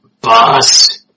boss